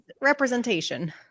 representation